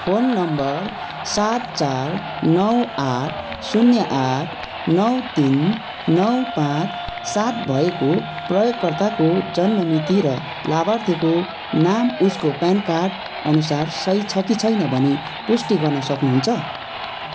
phone number सात चार नौ आठ शून्य आठ नौ तिन नौ पाँच सात भएको प्रयोगकर्ताको जन्म मिति र लाभार्थीको नाम उसको प्यान कार्ड अनुसार सही छ कि छैन भनी पुष्टि गर्न सक्नुहुन्छ